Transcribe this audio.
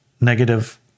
negative